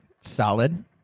solid